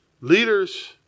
leaders